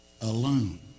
alone